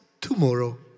tomorrow